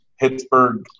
Pittsburgh